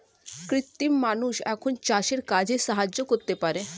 কৃত্রিম মানুষ এখন চাষের কাজে সাহায্য করতে পারে